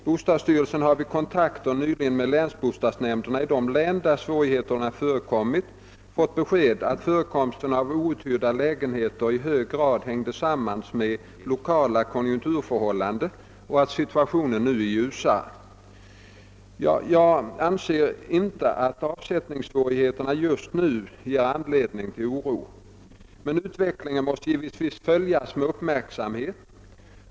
Bostadsstyrelsen har vid kontakter nyligen med länsbostadsnämnderna i de län, där svårigheter förekommit, fått beskedet att förekomsten av outhyrda lägenheter i hög grad hängde samman med lokala konjunkturförhållanden och att situationen nu är ljusare. Jag anser inte att avsättningssvårigheterna just nu ger anledning till oro. Men utvecklingen måste givetvis följas med uppmärksamhet.